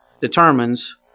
determines